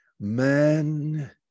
man